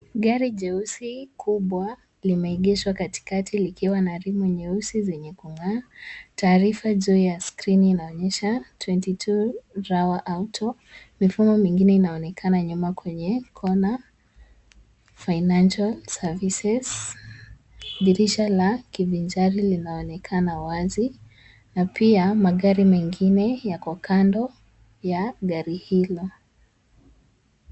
Gari jeusi kubwa limeegeshwa katikati likiwa na rimu nyeusi zenye kung'aa, taarifa juu ya skrini inaonyesha twenty two rawa auto ,mifumo mingine inaonekana nyuma kwenye kona Financial Services . Dirisha la kivinjari linaonekana wazi na pia magari mengine yako kando ya gari hilo.